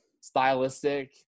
stylistic